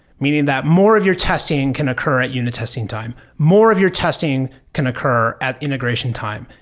meaning that more of your testing can occur at unit testing time, more of your testing can occur at integration time.